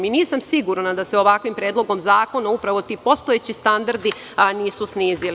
Nisam sigurna da se ovakvim predlogom zakona upravo ti postojeći standardi nisu snizili.